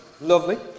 lovely